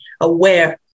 aware